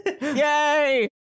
Yay